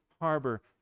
harbor